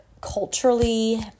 culturally